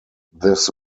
this